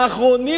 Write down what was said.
האחרונים,